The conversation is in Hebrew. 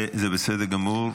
זה בסדר גמור.